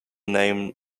name